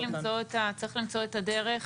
צריך למצוא את הדרך.